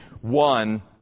one